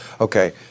Okay